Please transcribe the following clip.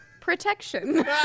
protection